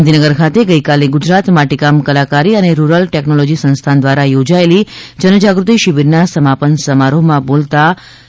ગાંધીનગર ખાતે ગઈકાલે ગુજરાત માટીકામ કલાકારી અને રૂરલ ટેકનોલોજી સંસ્થાન દ્વારા યોજાયેલી જનજાગૃતિ શિબિરના સમાપન સમારોહ માં બોલતા તેમણે આમ જણાવ્ય હતું